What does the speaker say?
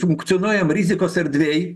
funkcionuojam rizikos erdvėj